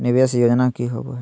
निवेस योजना की होवे है?